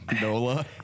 NOLA